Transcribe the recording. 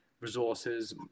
resources